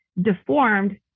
deformed